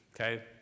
Okay